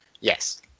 Yes